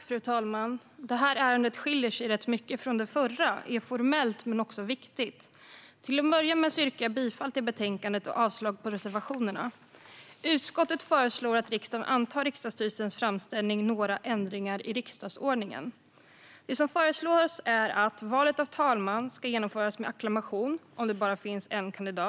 Fru talman! Detta ärende skiljer sig rätt mycket från det förra. Det är formellt men också viktigt. Till att börja med yrkar jag bifall till utskottets förslag och avslag på reservationerna. Utskottet föreslår att riksdagen antar riksdagsstyrelsens framställning Några ändringar i riksdagsordningen . Det som föreslås är att valet av talman ska genomföras med acklamation om det bara finns en kandidat.